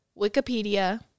wikipedia